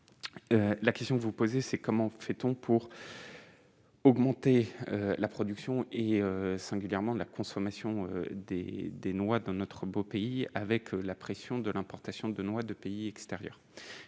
la question que vous posez, c'est : comment fait-on pour. Augmenter la production, et singulièrement de la consommation des des noix dans notre beau pays, avec la pression de l'importation de noix de pays extérieurs